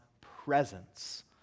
presence